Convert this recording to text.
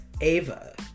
Ava